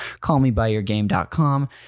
callmebyyourgame.com